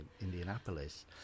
Indianapolis